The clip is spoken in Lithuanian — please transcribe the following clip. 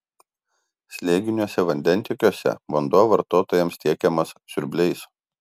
slėginiuose vandentiekiuose vanduo vartotojams tiekiamas siurbliais